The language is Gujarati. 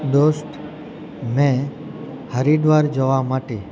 દોસ્ત મેં હરિદ્વાર જવા માટે